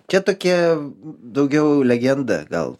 čia tokia daugiau legenda gal